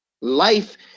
life